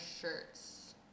shirts